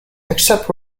except